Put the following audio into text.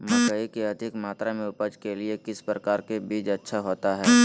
मकई की अधिक मात्रा में उपज के लिए किस प्रकार की बीज अच्छा होता है?